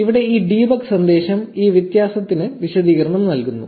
ഇവിടെ ഈ ഡീബഗ് സന്ദേശം ഈ വ്യത്യാസത്തിന് വിശദീകരണം നൽകുന്നു